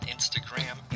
Instagram